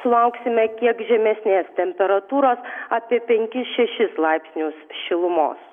lauksime kiek žemesnės temperatūros apie penkis šešis laipsnius šilumos